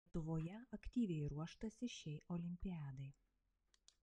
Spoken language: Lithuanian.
lietuvoje aktyviai ruoštasi šiai olimpiadai